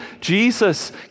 Jesus